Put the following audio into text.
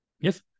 Yes